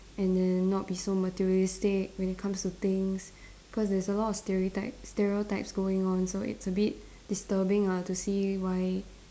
and then not be so materialistic when it comes to things cause there's a lot of stereotypes stereotypes going on so it's a bit disturbing ah to see why